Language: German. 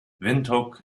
windhoek